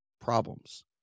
problems